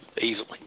easily